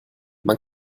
man